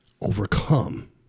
overcome